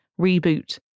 reboot